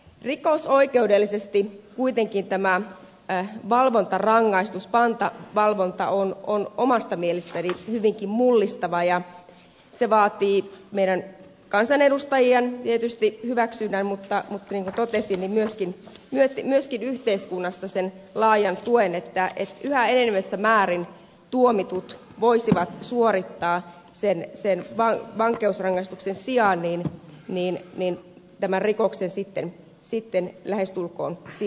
rikosoikeudellisesti tämä valvontarangaistus pantavalvonta on kuitenkin omasta mielestäni hyvinkin mullistava ja se vaatii tietysti meidän kansanedustajien hyväksynnän mutta niin kuin totesin myöskin yhteiskunnasta sen laajan tuen että yhä enenevässä määrin tuomitut voisivat sitten suorittaa vankeusrangaistuksen sijaan ei niille niin tämä rikoksen tämän rangaistuksen lähestulkoon siviilissä